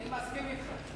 אני מסכים אתך.